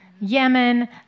Yemen